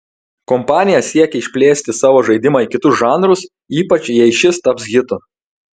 kompanija siekia išplėsti savo žaidimą į kitus žanrus ypač jei šis taps hitu